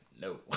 no